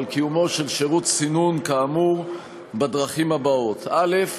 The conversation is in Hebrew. קיומו של שירות סינון כאמור בדרכים האלה: א.